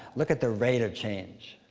look at the rate of change.